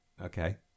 okay